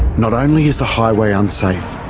not only is the highway unsafe,